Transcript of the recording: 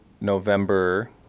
November